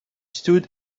stood